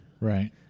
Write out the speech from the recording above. Right